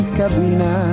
cabina